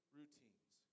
routines